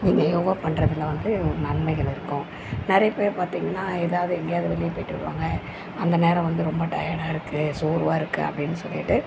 நீங்கள் யோகா பண்ணுறதுல வந்து ஒரு நன்மைகள் இருக்கும் நிறைய பேர் பார்த்தீங்கனா எதாவது எங்கேயாவது வெளியே போய்விட்டு வருவாங்க அந்த நேரம் வந்து ரொம்ப டயடாக இருக்குது சோர்வாக இருக்குது அப்படின்னு சொல்லிட்டு